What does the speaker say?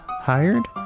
hired